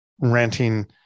ranting